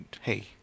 Hey